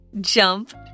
jump